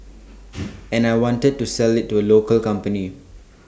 and I wanted to sell IT to local company